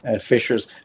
fishers